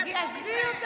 תתקדמו.